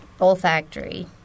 olfactory